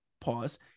pause